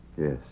Yes